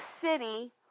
city